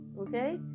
Okay